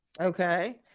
Okay